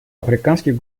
африканских